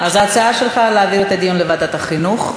אז ההצעה שלך, להעביר את הדיון לוועדת החינוך.